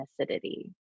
acidity